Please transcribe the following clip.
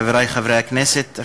חברי חברי הכנסת,